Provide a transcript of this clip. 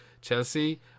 Chelsea